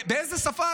באיזו שפה,